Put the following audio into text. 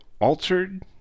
altered